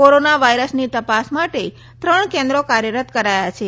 corona વાયરસની તપાસ માટે ત્રણ કેન્દ્રો કાર્યરત કરાયા છે